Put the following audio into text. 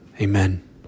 Amen